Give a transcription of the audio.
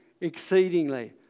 exceedingly